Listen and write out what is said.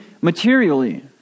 materially